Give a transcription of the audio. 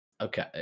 Okay